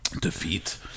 Defeat